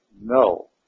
no